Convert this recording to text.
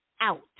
out